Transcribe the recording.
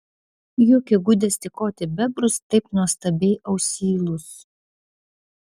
juk įgudęs tykoti bebrus taip nuostabiai ausylus